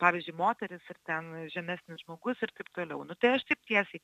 pavyzdžiui moterys ir ten žemesnis žmogus ir taip toliau nu tai aš taip tiesiai